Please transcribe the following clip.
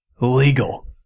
legal